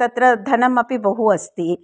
तत्र धनमपि बहु अस्ति